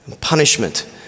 punishment